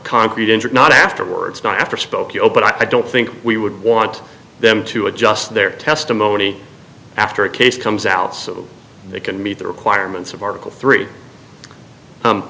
concrete injured not afterwards not after spokeo but i don't think we would want them to adjust their testimony after a case comes out so they can meet the requirements of article three